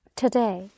today